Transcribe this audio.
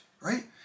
right